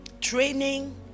training